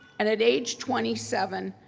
and at age twenty seven,